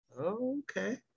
okay